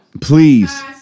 Please